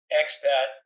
expat